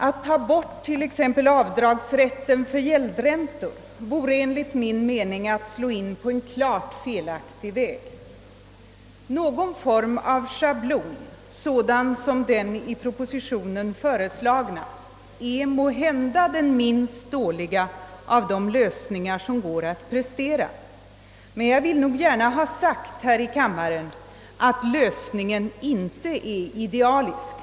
Att avskaffa t.ex. avdragsrätten för gäldräntor vore enligt min mening att slå in på en klart felaktig väg. Någon form av schablon sådan som den i propositionen föreslagna är måhända den minst dåliga av de lösningar som kan presteras, men jag vill gärna säga ifrån i denna kammare att lösningen inte är idealisk.